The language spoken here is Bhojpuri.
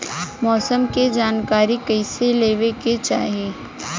मौसम के जानकारी कईसे लेवे के चाही?